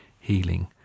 healing